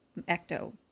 ecto